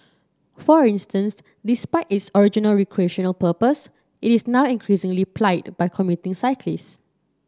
for instance despite its original recreational purpose it is now increasingly plied by commuting cyclist